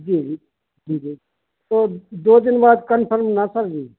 जी जी जी जी तो दो दिन बाद कन्फर्म ना सर जी